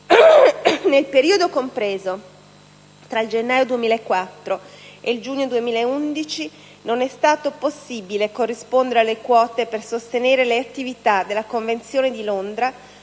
Nel periodo compreso tra il gennaio 2004 ed il giugno 2011 non è stato possibile corrispondere le quote per sostenere le attività della Convenzione di Londra,